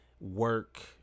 work